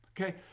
okay